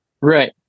Right